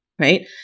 right